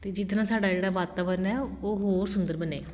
ਅਤੇ ਜਿਹਦੇ ਨਾਲ਼ ਸਾਡਾ ਜਿਹੜਾ ਵਾਤਾਵਰਨ ਹੈ ਉਹ ਹੋਰ ਸੁੰਦਰ ਬਣੇ